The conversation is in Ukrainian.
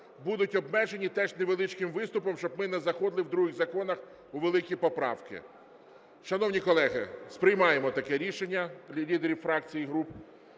будуть обмежені теж невеличким виступом, щоб ми не заходили в других законах у великі поправки. Шановні колеги, сприймаємо таке рішення від лідерів фракцій і груп.